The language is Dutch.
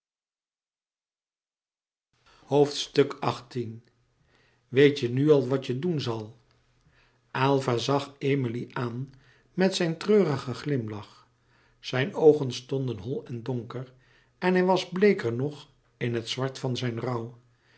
weet je nu al wat je doen zal aylva zag emilie aan met zijn treurigen glimlach zijn oogen stonden hol en donker en hij was bleeker nog in het zwart van zijn rouw